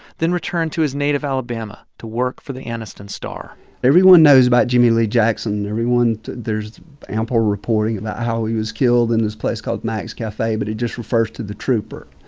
then returned to his native alabama to work for the anniston star everyone knows about jimmie lee jackson. everyone there's ample reporting about how he was killed in this place called mack's cafe. but it just refers to the trooper,